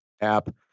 app